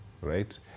right